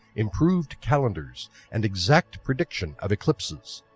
improved calendars and exact prediction of eclipses.